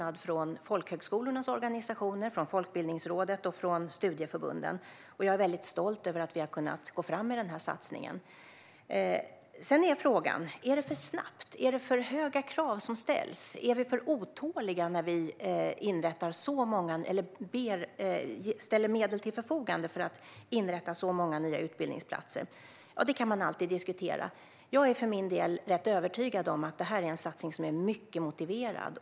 Folkhögskolornas organisationer, Folkbildningsrådet och studieförbunden har välkomnat satsningen varmt. Och jag är stolt över att vi har kunnat gå fram med den. Frågan är om det är för snabbt, om det är för höga krav som ställs och om vi är för otåliga när vi ställer medel till förfogande för att inrätta så många nya utbildningsplatser. Det kan man alltid diskutera. Jag är ganska övertygad om att det är en satsning som är mycket motiverad.